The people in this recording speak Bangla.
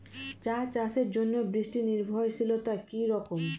চা চাষের জন্য বৃষ্টি নির্ভরশীলতা কী রকম?